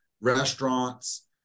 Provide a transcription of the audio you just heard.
restaurants